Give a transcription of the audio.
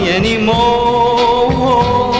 anymore